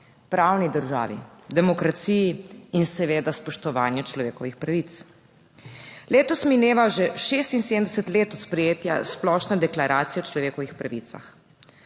pravni državi, demokraciji in seveda spoštovanju človekovih pravic. Letos mineva že 76 let od sprejetja Splošne deklaracije o človekovih pravicah,